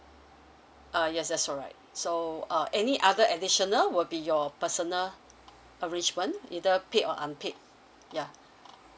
uh yes that's alright so uh any other additional will be your personal arrangement either paid or unpaid ya